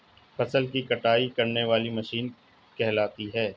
फसल की कटाई करने वाली मशीन कहलाती है?